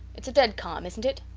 its a dead calm, isnt it?